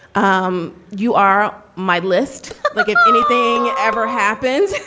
um you are my list like, if anything ever happens,